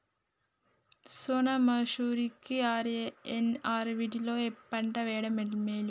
సోనా మాషురి కి ఆర్.ఎన్.ఆర్ వీటిలో ఏ పంట వెయ్యడం మేలు?